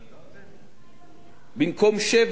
במקום שבח מקבלים השתלחות.